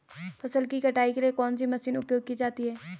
फसल की कटाई के लिए कौन सी मशीन उपयोग की जाती है?